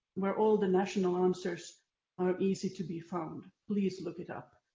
where all the national answers are easy to be found. please look it up.